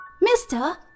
mister